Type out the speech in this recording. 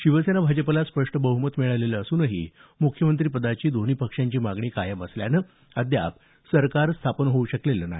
शिवसेना भाजपला स्पष्ट बह्मत मिळालेलं असूनही मुख्यमंत्रिपदाची दोन्ही पक्षांची मागणी कायम असल्याने अद्याप सरकार स्थापन होऊ शकलेलं नाही